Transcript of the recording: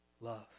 love